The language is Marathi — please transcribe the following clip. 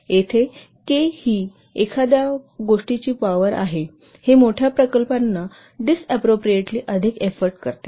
येथे 'K' ही एखाद्या गोष्टीची पॉवर आहे हे मोठ्या प्रकल्पांना डिस्प्रोपोर्टिटली अधिक एफोर्ट करते